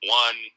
one –